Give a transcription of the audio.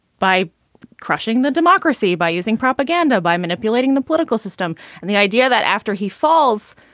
by crushing the democracy, by using propaganda, by manipulating the political system and the idea that after he falls,